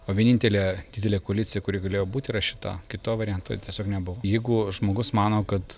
o vienintelė didelė koalicija kuri galėjo būti yra šita kito varianto tiesiog nebuvo jeigu žmogus mano kad